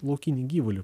laukinį gyvulį